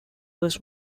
was